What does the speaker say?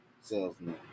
salesman